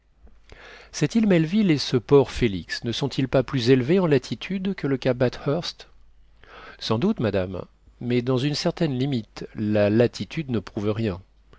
cette île melville et ce port félix ne sont-ils pas plus élevés en latitude que le cap bathurst sans doute madame mais dans une certaine limite la latitude ne prouve rien